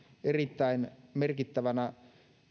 erittäin merkittävänä